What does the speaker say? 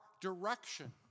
direction